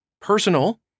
personal